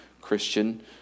Christian